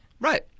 Right